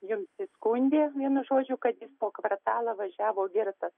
jums įskundė vienu žodžiu kad jis po kvartalą važiavo girtas